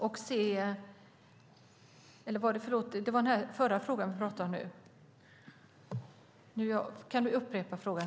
Men jag skulle vilja be Siv Holma att upprepa frågan.